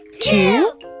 two